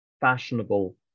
fashionable